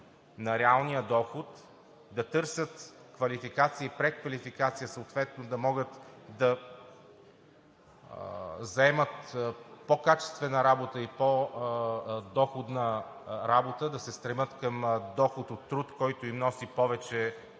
на реалния доход, да търсят квалификация и преквалификация, да могат съответно да заемат по-качествена и по-доходна работа, да се стремят към доход от труд, който им носи повече